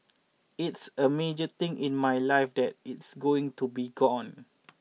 it's a major thing in my life that it's going to be gone